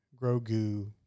Grogu